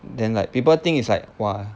then like people think it's like !wah!